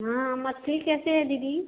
हाँ मछली कैसे है दीदी